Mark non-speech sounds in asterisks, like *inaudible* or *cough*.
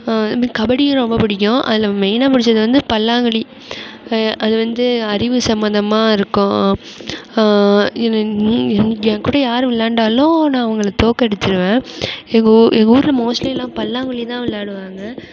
*unintelligible* கபடியும் ரொம்ப பிடிக்கும் அதில் மெயினாக பிடிச்சது வந்து பல்லாங்குழி அது வந்து அறிவு சம்மந்தமாக இருக்கும் என் என் கூட யாரு விளாண்டாலும் நான் அவங்கள தோற்கடிச்சிடுவேன் எங்கவூர் எங்கவூரில் மோஸ்ட்லி எல்லாம் பல்லாங்குழிதான் விளாடுவாங்க